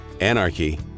Anarchy